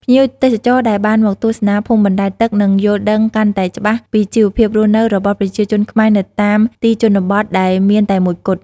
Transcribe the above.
ភ្ញៀវទេសចរណ៍ដែលបានមកទស្សនាភូមិបណ្ដែតទឹកនឹងយល់ដឹងកាន់តែច្បាស់ពីជីវភាពរស់នៅរបស់ប្រជាជនខ្មែរនៅតាមទីជនបទដែលមានតែមួយគត់។